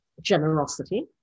generosity